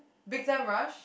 Big-Time-Rush